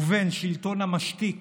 ובין שלטון המשתיק